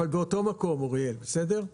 אבל באותו מקום, אוריאל, בסדר?